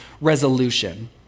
resolution